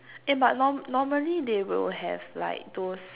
eh but norm~ normally they will have like those